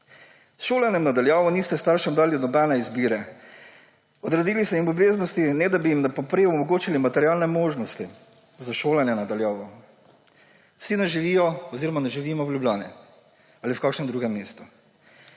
šolanjem na daljavo niste staršem dali nobene izbire, odredili ste jim obveznosti, ne da bi jim poprej omogočili materialne možnosti za šolanje na daljavo. Vsi ne živijo oziroma ne živimo v Ljubljani ali v kakšnem drugem mestu.